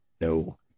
no